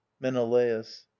menelaus